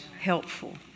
helpful